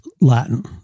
Latin